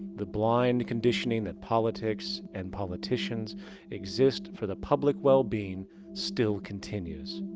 the blind conditioning that politics and politicians exist for the public well-being still continues.